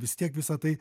vis tiek visa tai